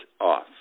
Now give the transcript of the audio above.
off